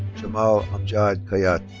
jamal amjad khayat.